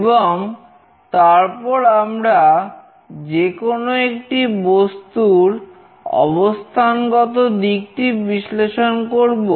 এবং তারপর আমরা যে কোন একটি বস্তুর অবস্থানগত দিকটি বিশ্লেষণ করবো